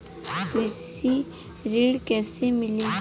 कृषि ऋण कैसे मिली?